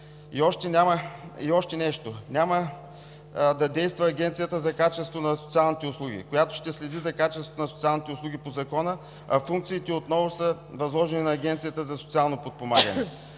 И още нещо. Няма да действа Агенцията за качеството на социалните услуги, която ще следи за качеството на социалните услуги по Закона, а функциите отново ще са възложени на Агенцията за социално подпомагане.